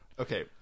Okay